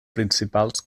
principals